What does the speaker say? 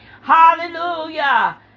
Hallelujah